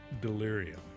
Delirium